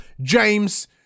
james